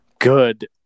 good